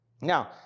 Now